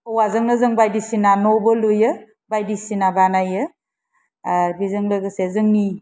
औवाजोंनो जोङो बायदिसिना न' लुयो बायदिसिना बानायो आरो बेजों लोगोसे जोंनि